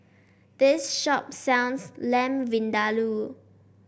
this shop sells Lamb Vindaloo